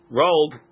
rolled